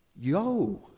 yo